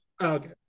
Okay